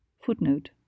Footnote